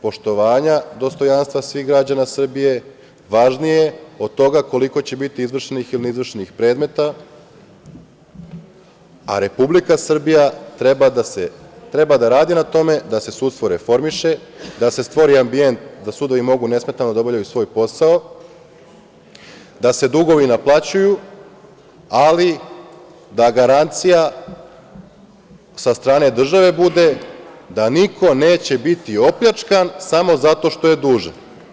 Poštovanje dostojanstva svih građana Srbije je važnije od toga koliko će biti izvršenih ili neizvršenih predmeta, a Republika Srbija treba da radi na tome da se sudstvo reformiše, da se stvori ambijent da sudovi mogu nesmetano da obavljaju svoj posao, da se dugovi naplaćuju, ali da garancija sa strane države bude da niko neće biti opljačkan samo zato što je dužan.